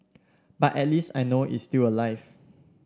but at least I know is still alive